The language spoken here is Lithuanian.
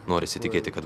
norisi tikėti kad